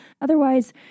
Otherwise